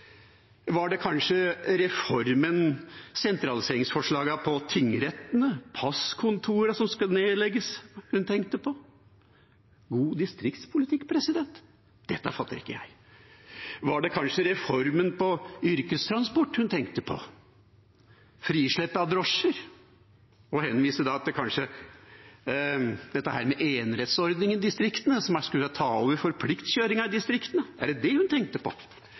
Var det kanskje sentraliseringsforslagene på tingrettene, passkontorene som skal nedlegges, hun tenkte på? God distriktspolitikk? Dette fatter ikke jeg. Var det kanskje reformen innenfor yrkestransport hun tenkte på – frislepp av drosjer – og henviser da kanskje til enerettsordningen i distriktene som skulle ta over for pliktkjøringen i distriktene? Er det det hun tenker på